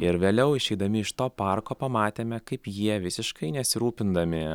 ir vėliau išeidami iš to parko pamatėme kaip jie visiškai nesirūpindami